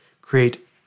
Create